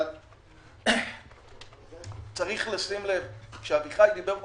אבל צריך לשים לב שכאשר אביחי דיבר כאן,